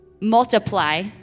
multiply